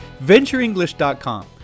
VentureEnglish.com